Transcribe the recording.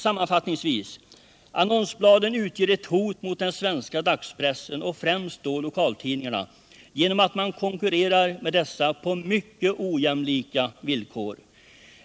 Sammanfattningsvis: Annonsbladen utgör ett hot mot den svenska dagspressen och då främst mot lokaltidningarna genom att man konkurrerar med dessa på mycket ojämlika villkor.